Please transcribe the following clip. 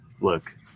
look